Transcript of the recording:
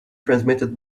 transmitted